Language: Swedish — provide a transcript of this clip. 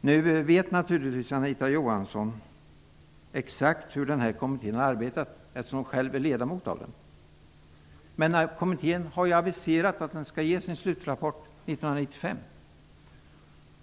Nu vet Anita Johansson exakt hur kommittén har arbetat eftersom hon själv är ledamot av den. Men kommittén har aviserat att den skall ge sin slutrapport 1995.